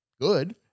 good